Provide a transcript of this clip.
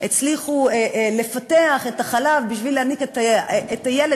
הצליחו לפתח את החלב בשביל להיניק את הילד,